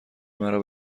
مرا